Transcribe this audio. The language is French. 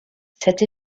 cette